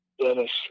Dennis